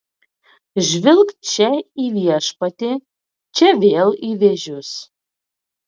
žvilgt čia į viešpatį čia vėl į vėžius